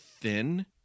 thin